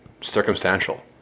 circumstantial